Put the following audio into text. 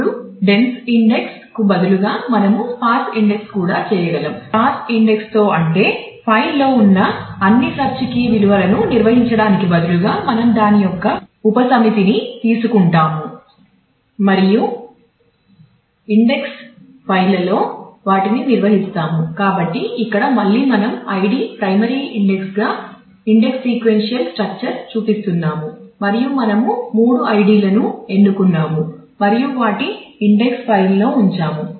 ఇప్పుడు dense index చూపిస్తున్నాము మరియు మనము మూడు ఐడిలను ఎన్నుకున్నాము మరియు వాటిని ఇండెక్స్ ఫైల్ లో ఉంచాము